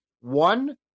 one